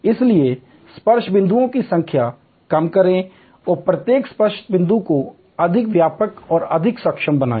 इसलिए स्पर्श बिंदुओं की संख्या कम करें और प्रत्येक स्पर्श बिंदु को अधिक व्यापक और अधिक सक्षम बनाएं